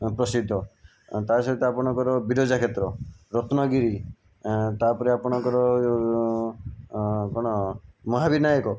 ପ୍ରସିଦ୍ଧ ତା ସହିତ ଆପଣଙ୍କର ବିରଜା କ୍ଷେତ୍ର ରତ୍ନଗିରି ତାପରେ ଆପଣଙ୍କର କଣ ମହାବିନାୟକ